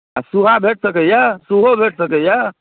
आ सूहा भेट सकैए सूहो भेट सकैए